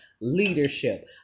Leadership